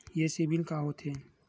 ये सीबिल का होथे?